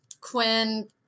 Quinn